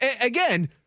again